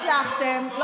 לא הצלחתם.